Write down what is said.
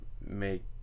make